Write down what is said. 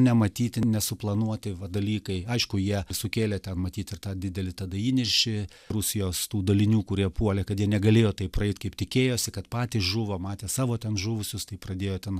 nematyti nesuplanuoti dalykai aišku jie sukėlė ten matyt ir tą didelį tada įniršį rusijos tų dalinių kurie puolė kad jie negalėjo taip praeit kaip tikėjosi kad patys žuvo matė savo ten žuvusius tai pradėjo ten